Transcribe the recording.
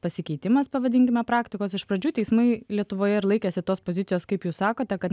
pasikeitimas pavadinkime praktikos iš pradžių teismai lietuvoje ir laikėsi tos pozicijos kaip jūs sakote kad